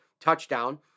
Touchdown